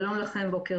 שלום לכם, בוקר